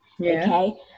Okay